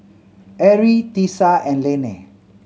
Arie Tisa and Lainey